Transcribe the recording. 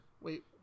Wait